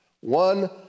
One